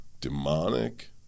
demonic